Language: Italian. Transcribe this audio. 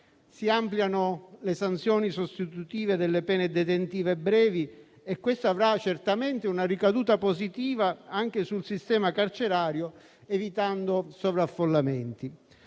si ampliano le sanzioni sostitutive delle pene detentive brevi e questo avrà certamente una ricaduta positiva anche sul sistema carcerario, evitando sovraffollamenti.